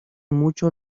mucho